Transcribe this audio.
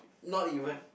not even